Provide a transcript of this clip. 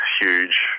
huge